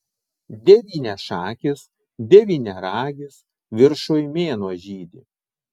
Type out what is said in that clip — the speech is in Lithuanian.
devyniašakis devyniaragis viršuj mėnuo žydi